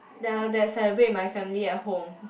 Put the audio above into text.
then after that celebrate with my family at home